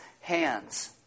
hands